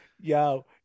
yo